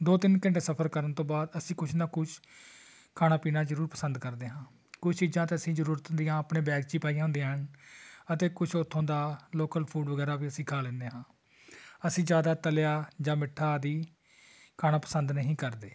ਦੋ ਤਿੰਨ ਘੰਟੇ ਸਫ਼ਰ ਕਰਨ ਤੋਂ ਬਾਅਦ ਅਸੀਂ ਕੁਛ ਨਾ ਕੁਛ ਖਾਣਾ ਪੀਣਾ ਜ਼ਰੂਰ ਪਸੰਦ ਕਰਦੇ ਹਾਂ ਕੁਛ ਚੀਜ਼ਾਂ ਤਾਂ ਅਸੀਂ ਜ਼ਰੂਰਤ ਦੀਆਂ ਆਪਣੇ ਬੈਗ 'ਚ ਹੀ ਪਾਈਆਂ ਹੁੰਦੀਆਂ ਹਨ ਅਤੇ ਕੁਛ ਉੱਥੋਂ ਦਾ ਲੋਕਲ ਫੂਡ ਵਗੈਰਾ ਵੀ ਅਸੀਂ ਖਾ ਲੈਂਦੇ ਹਾਂ ਅਸੀਂ ਜ਼ਿਆਦਾ ਤਲਿਆ ਜਾਂ ਮਿੱਠਾ ਆਦਿ ਖਾਣਾ ਪਸੰਦ ਨਹੀਂ ਕਰਦੇ